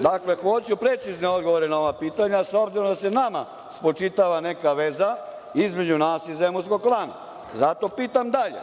Dakle, hoću precizne odgovore na ova pitanja, s obzirom da se nama spočitava neka veza između nas i zemunskog klana. Zato pitam dalje,